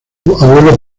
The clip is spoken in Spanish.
abuelo